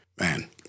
man